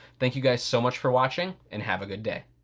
thank you guys so much for watching and have a good day.